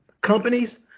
companies